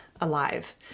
alive